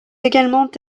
également